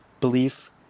belief